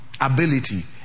ability